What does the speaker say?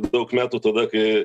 daug metų tada kai